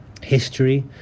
history